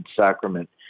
Sacrament